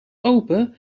open